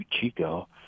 Chico